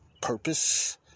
purpose